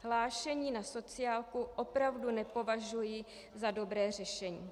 Hlášení na sociálku opravdu nepovažuji za dobré řešení.